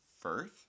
Firth